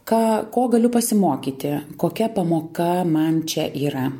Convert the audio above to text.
ką ko galiu pasimokyti kokia pamoka man čia yra